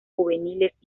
juveniles